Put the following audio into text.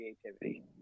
creativity